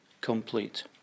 complete